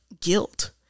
guilt